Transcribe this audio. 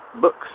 books